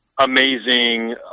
amazing